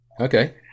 okay